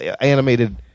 animated